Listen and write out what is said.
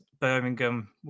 Birmingham